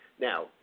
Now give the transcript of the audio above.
Now